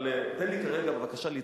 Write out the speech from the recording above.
אבל תן לי כרגע בבקשה להתרכז,